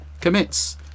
commits